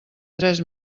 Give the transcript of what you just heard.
tres